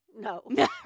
No